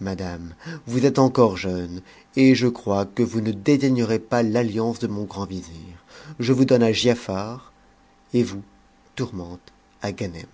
madame vous êtes encore jeune et je crois que vous ne dédaignerez pas l'alliance de mon grand vizir je vous donne à giafar et vous tourmente à ganem